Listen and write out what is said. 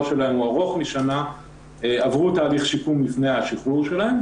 שלהם ארוך משנה עברו תהליך שיקום לפני השחרור שלהם.